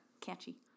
catchy